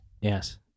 Yes